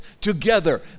together